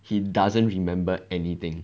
he doesn't remember anything